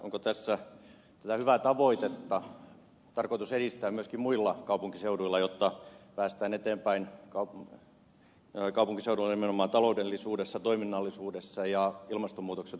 onko tässä tätä hyvää tavoitetta tarkoitus edistää myöskin muilla kaupunkiseuduilla jotta päästään eteenpäin kaupunkiseuduilla nimenomaan taloudellisuudessa toiminnallisuudessa ja ilmastonmuutoksen torjunnassa